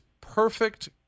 perfect